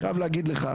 אני חייב להגיד לך,